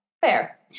Fair